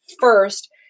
first